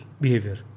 behavior